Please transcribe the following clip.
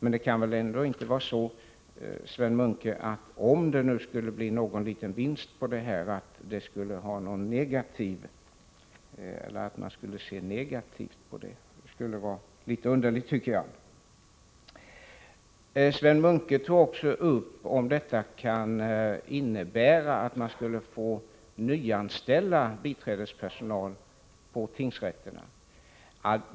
Om nu denna försöksverksamhet skulle uppvisa en liten vinst, Sven Munke, så kan väl inte det vara negativt. Det vore i så fall underligt. Sven Munke undrade vidare om denna delegationsrätt skulle innebära att man måste nyanställa biträdespersonal på tingsrätterna.